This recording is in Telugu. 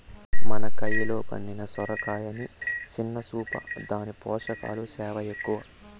మన కయిలో పండిన సొరకాయని సిన్న సూపా, దాని పోసకాలు సేనా ఎక్కవ